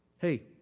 Hey